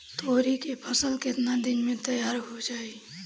तोरी के फसल केतना दिन में तैयार हो जाई?